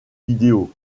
vidéo